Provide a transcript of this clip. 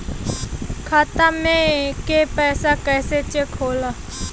खाता में के पैसा कैसे चेक होला?